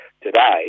Today